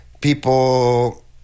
people